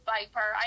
Viper